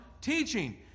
teaching